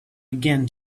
again